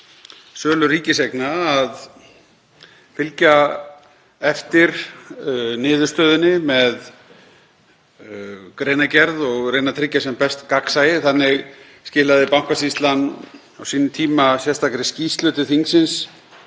sölu ríkiseigna að fylgja niðurstöðunni eftir með greinargerð og reyna að tryggja sem best gagnsæi. Þannig skilaði Bankasýslan á sínum tíma sérstakri skýrslu til þingsins